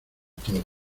todos